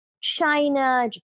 China